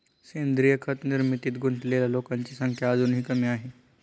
सेंद्रीय खत निर्मितीत गुंतलेल्या लोकांची संख्या अजूनही कमी आहे